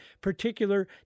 particular